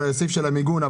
על הסעיף של המיגון.